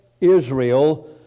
Israel